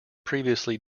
previously